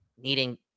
needing